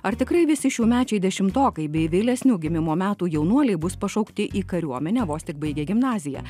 ar tikrai visi šiųmečiai dešimtokai bei vėlesnių gimimo metų jaunuoliai bus pašaukti į kariuomenę vos tik baigę gimnaziją